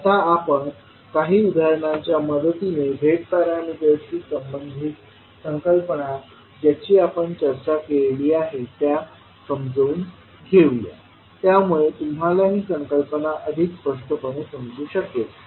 आता आपण काही उदाहरणांच्या मदतीने Z पॅरामीटर्सशी संबंधित संकल्पना ज्याची आपण चर्चा केलेली आहे त्या समजून घेऊया त्यामुळे तुम्हाला हि संकल्पना अधिक स्पष्टपणे समजून शकेल